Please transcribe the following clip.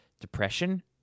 depression